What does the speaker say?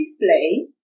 display